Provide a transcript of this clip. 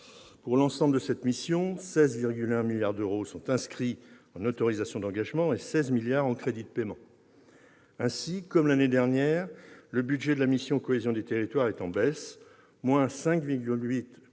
Pour l'ensemble de cette mission, 16,1 milliards d'euros sont inscrits en autorisations d'engagement et 16 milliards d'euros en crédits de paiement. Comme l'année dernière, le budget de la mission « Cohésion des territoires » est en baisse : 5,8